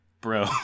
bro